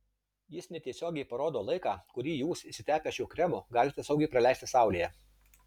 jis netiesiogiai parodo laiką kurį jūs išsitepę šiuo kremu galite saugiai praleisti saulėje